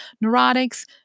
Neurotics